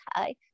okay